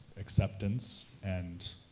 acceptance and,